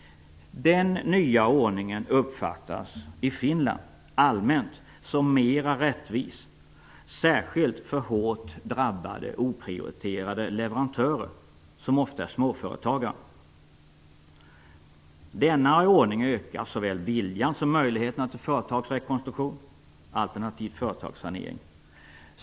Den nya ordningen uppfattas i Finland allmänt som mera rättvis, särskilt för hårt drabbade oprioriterade leverantörer som ofta är småföretagare. Denna ordning ökar såväl viljan som möjligheterna till företagsrekonstruktion, alternativt företagssanering.